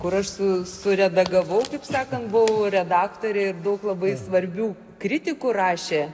kur aš su suredagavau taip sakant buvau redaktorė daug labai svarbių kritikų rašė